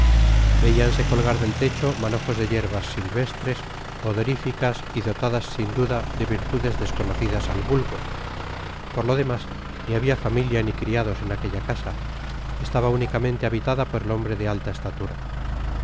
veíanse colgar del techo manojos de yerbas silvestres odoríficas y dotadas sin duda de virtudes desconocidas al vulgo por lo demás ni habia familia ni criados en aquella casa estaba únicamente habitada por el hombre de alta estatura